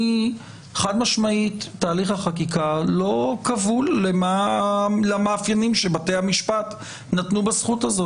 חד משמעית תהליך החקיקה לא כבול למאפיינים שבתי המשפט נתנו בזכות הזאת.